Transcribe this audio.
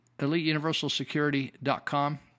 EliteUniversalSecurity.com